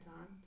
on